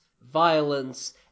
violence